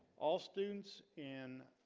all students in